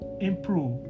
improve